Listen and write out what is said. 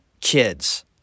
kids